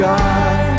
God